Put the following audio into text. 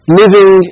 living